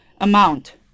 amount